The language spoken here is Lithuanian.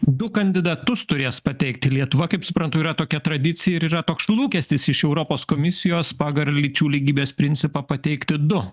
du kandidatus turės pateikti lietuva kaip suprantu yra tokia tradicija ir yra toks lūkestis iš europos komisijos pagal lyčių lygybės principą pateikti du